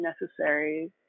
necessary